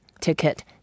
ticket